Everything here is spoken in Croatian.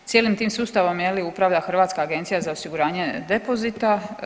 Cijelim tim sustavom upravlja Hrvatska agencija za osiguranje depozita.